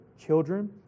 Children